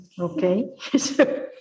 Okay